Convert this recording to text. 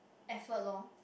effort lor